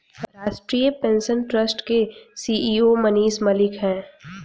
राष्ट्रीय pension trust के CEO Manish Malik है